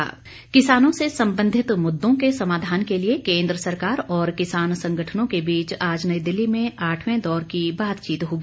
किसान वार्ता किसानों से संबंधित मुद्दों के समाधान के लिए केन्द्र सरकार और किसान संगठनों के बीच आज नई दिल्ली में आठवें दौर की बातचीत होगी